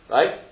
Right